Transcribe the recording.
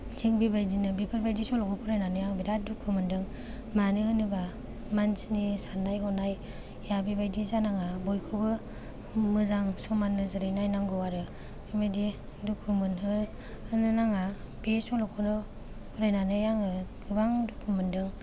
थिग बेबायदिनो बेफोरबायदि सल'खौ फरायनानै आं बिराद दुखु मोनदों मानो होनोबा मानसिनि साननाय हनाया बेबादि जानाङा बयखौबो मोजां समान नोजोरै नायनांगौ आरो बेबायदि दुखु मोनहोनो नाङा बे सल'खौनो फरायनानै आङो गोबां दुखु मोनदों